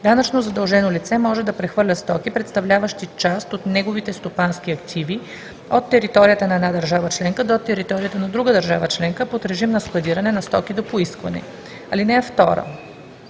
Данъчно задължено лице може да прехвърля стоки, представляващи част от неговите стопански активи, от територията на една държава членка до територията на друга държава членка под режим на складиране на стоки до поискване. (2)